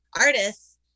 artists